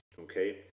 okay